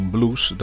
Blues